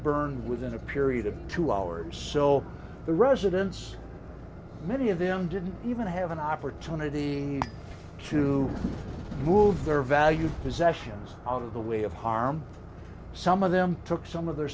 burned within a period of two hours so the residents many of them didn't even have an opportunity to move their value possessions out of the way of harm some of them took some of the